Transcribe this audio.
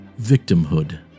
victimhood